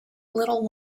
little